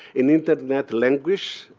in internet language,